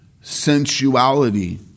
sensuality